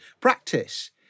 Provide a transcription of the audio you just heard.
practice